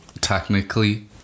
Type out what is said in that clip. technically